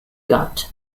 god